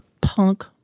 punk